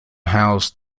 housed